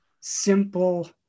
simple